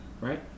Right